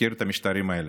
מכיר את המשטרים האלה,